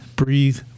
Breathe